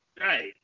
Right